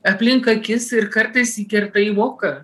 aplink akis ir kartais įkerta į voką